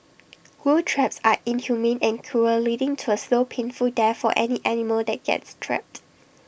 glue traps are inhumane and cruel leading to A slow painful death for any animal that gets trapped